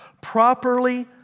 Properly